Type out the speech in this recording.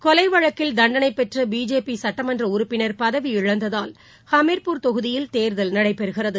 கொலைவழக்கில் தண்டனைபெற்றபிஜேபிசட்டமன்றஉறுப்பினர் பதவி இழந்ததால் ஹமீர்பூர் தொகுதியில் தேர்தல் நடக்கிறது